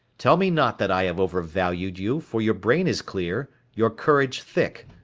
tell me not that i have overvalued you, for your brain is clear, your courage thick.